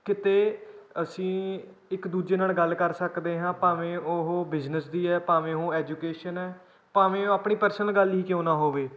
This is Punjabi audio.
ਕਿਤੇ ਅਸੀਂ ਇੱਕ ਦੂਜੇ ਨਾਲ ਗੱਲ ਕਰ ਸਕਦੇ ਹਾਂ ਭਾਵੇਂ ਉਹ ਬਿਜ਼ਨਸ ਦੀ ਹੈ ਭਾਵੇਂ ਉਹ ਐਜੂਕੇਸ਼ਨ ਹੈ ਭਾਵੇਂ ਉਹ ਆਪਣੀ ਪਰਸਨਲ ਗੱਲ ਹੀ ਕਿਉਂ ਨਾ ਹੋਵੇ